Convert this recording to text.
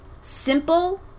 simple